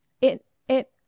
It—it—